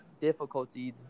difficulties